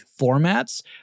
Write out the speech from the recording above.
formats